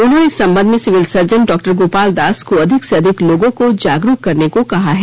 उन्होंने इस संबंध में सिविल सर्जन डॉ गोपाल दास को अधिक से अधिक लोगों को जागरूक करने को कहा है